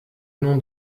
nom